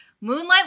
Moonlight